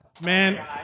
Man